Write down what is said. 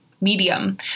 medium